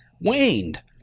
waned